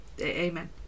Amen